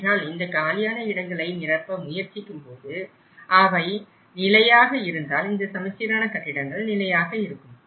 ஏனென்றால் இந்த காலியான இடங்களை நிரப்ப முயற்சிக்கும்போது அவை நிலையாக இருந்தால் இந்த சமச்சீரான கட்டிடங்கள் நிலையாக இருக்கும்